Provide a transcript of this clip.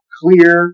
clear